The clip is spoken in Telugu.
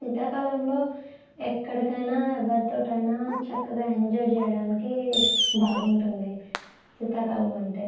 శీతాకాలంలో ఎక్కడికైనా ఎవరితోనైనా చక్కగా ఎంజాయ్ చేయడానికి బాగుంటుంది శీతాకాలం అంటే